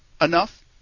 enough